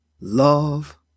love